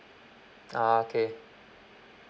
ah okay